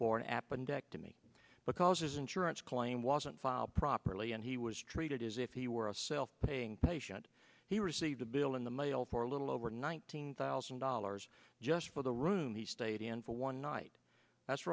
appendectomy because his insurance claim wasn't filed properly and he was treated as if he were a self paying patient he received a bill in the mail for a little over nineteen thousand dollars just for the room he stayed in for one night that's